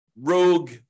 rogue